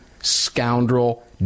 scoundrel